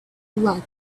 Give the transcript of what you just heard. blood